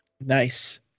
Nice